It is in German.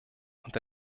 und